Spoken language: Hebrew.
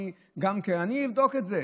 אני אבדוק את זה.